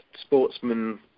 sportsman